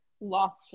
lost